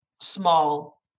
small